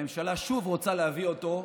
והממשלה שוב רוצה להביא אותו,